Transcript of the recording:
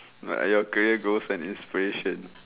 what are your career goals and inspirations